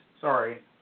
sorry